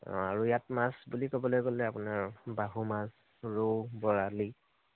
অঁ আৰু ইয়াত মাছ বুলি ক'বলৈ গ'লে আপোনাৰ বাহু মাছ ৰৌ বৰালী